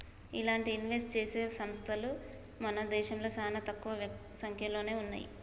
ఇలాంటి ఇన్వెస్ట్ చేసే సంస్తలు మన దేశంలో చానా తక్కువ సంక్యలోనే ఉన్నయ్యి